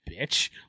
bitch